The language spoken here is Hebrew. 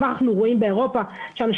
כבר עכשיו אנחנו רואים באירופה שאנשים